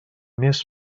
més